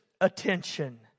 attention